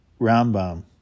Rambam